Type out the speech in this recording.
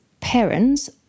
parents